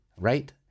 right